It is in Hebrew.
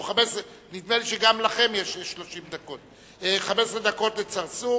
או, נדמה לי שגם לכם יש 30 דקות, 15 דקות לצרצור